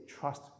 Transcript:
trust